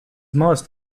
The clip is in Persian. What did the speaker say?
ماست